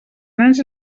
nens